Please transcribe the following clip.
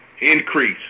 Increase